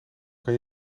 kan